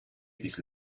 bis